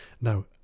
Now